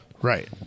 Right